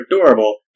adorable